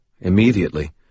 immediately